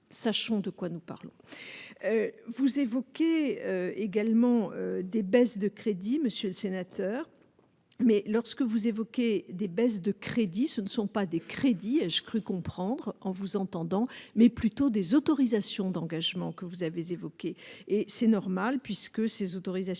sachons de quoi nous parlons, vous évoquez également des baisses de crédits, monsieur le sénateur, mais lorsque vous évoquez des baisses de crédits ce ne sont pas des crédits, j'ai cru comprendre en vous entendant, mais plutôt des autorisations d'engagement que vous avez évoquée et c'est normal puisque ces autorisations